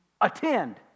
attend